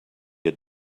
had